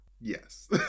Yes